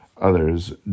others